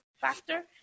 factor